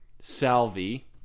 Salvi